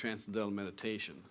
transcendental meditation